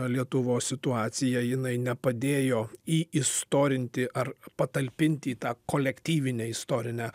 lietuvos situacija jinai nepadėjo į istorinti ar patalpinti į tą kolektyvinę istorinę